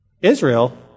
Israel